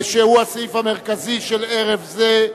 שהוא הסעיף המרכזי של ערב זה: